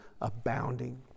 abounding